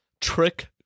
Trick